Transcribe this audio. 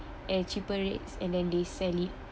at cheaper rates and then they sell it